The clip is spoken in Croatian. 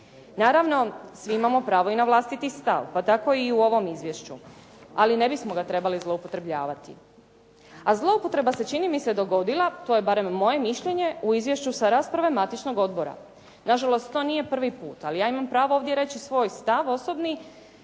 Naravno, svi imamo pravo i na vlastiti stav pa tako i u ovom izvješću, ali ne bismo ga trebali zloupotrebljavati. A zloupotreba se čini mi se dogodila, to je barem moje mišljenje u izvješću sa rasprave matičnog odbora. Nažalost, to nije prvi put, ali ja imam pravo ovdje reći svoj stav osobni.